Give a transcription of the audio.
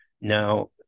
Now